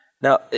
Now